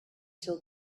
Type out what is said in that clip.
till